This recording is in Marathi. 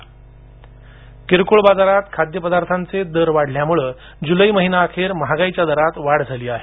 महागाई दर किरकोळ बाजारात खाद्य पदार्थांचे दर वाढल्यामुळे जुलै महिनाखेर महागाईच्या दारात वाढ झाली आहे